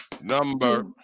number